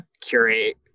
curate